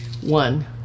one